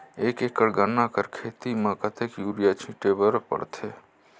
एक एकड़ गन्ना कर खेती म कतेक युरिया छिंटे बर पड़थे?